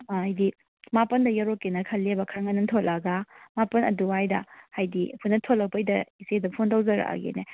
ꯍꯥꯏꯗꯤ ꯃꯥꯄꯟꯗ ꯌꯧꯔꯛꯀꯦꯅ ꯈꯜꯂꯦꯕ ꯈꯔ ꯉꯟꯅ ꯊꯣꯛꯂꯛꯑꯒ ꯃꯥꯄꯟ ꯑꯗꯨꯋꯥꯏꯗ ꯍꯥꯏꯗꯤ ꯑꯩꯈꯣꯏꯅ ꯊꯣꯛꯂꯛꯄꯩꯗ ꯏꯆꯦꯗ ꯐꯣꯟ ꯇꯧꯖꯔꯛꯑꯒꯦꯅꯦ